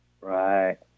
Right